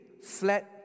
fled